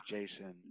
Jason